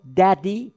daddy